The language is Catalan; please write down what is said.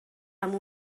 amb